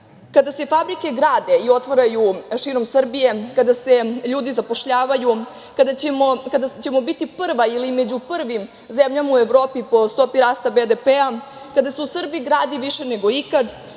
kada se fabrike grade i otvaraju širom Srbije, kada se ljudi zapošljavaju, kada ćemo biti prva ili među prvim zemljama u Evropi po stopi rasta BDP-a, kada se u Srbiji gradi više nego ikada,